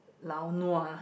lao nua